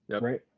Right